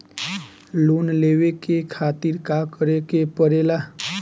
Loan लेवे के खातिर का करे के पड़ेला?